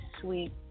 sweet